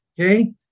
Okay